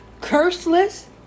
curseless